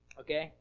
okay